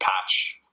patch